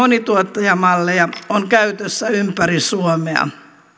monituottajamalleja on käytössä ympäri suomea